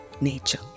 nature